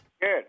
Good